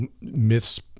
myths